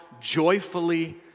joyfully